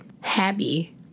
happy